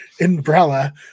umbrella